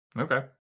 Okay